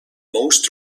most